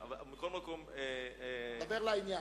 דבר לעניין.